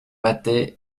mattei